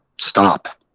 Stop